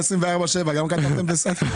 בסדר,